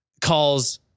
calls